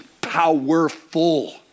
powerful